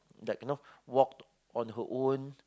like you know walk on her own